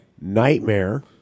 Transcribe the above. Nightmare